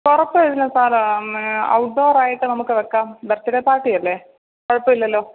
കുഴപ്പമില്ല സാറേ ഔട്ട്ഡോർ ആയിട്ട് നമുക്ക് വയ്ക്കാം ബർത്ത്ഡേ പാർട്ടി അല്ലേ കുഴപ്പമില്ലല്ലോ